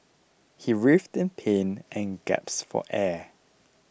he writhed in pain and gaps for air